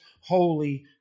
holy